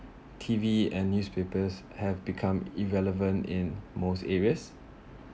T_V and newspapers have become irrelevant in most areas